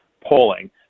polling